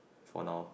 for now